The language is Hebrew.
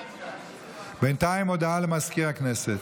בינתיים הודעה למזכיר הכנסת.